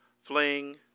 fling